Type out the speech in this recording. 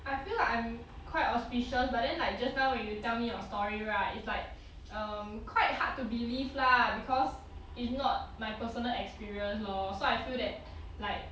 I feel like I'm quite auspicious but then like just now when you tell me a story right it's like um quite hard to believe lah because it's not my personal experience lor so I feel that like